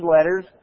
letters